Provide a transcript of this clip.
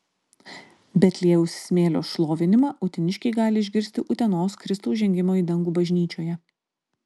betliejaus smėlio šlovinimą uteniškiai gali išgirsti utenos kristaus žengimo į dangų bažnyčioje